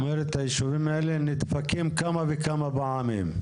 את אומרת הישובים האלה נדפקים כמה וכמה פעמים.